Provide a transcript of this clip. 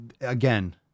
again